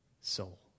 soul